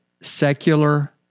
secular